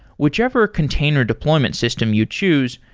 whichever container deployment system you choose,